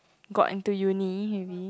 got into uni maybe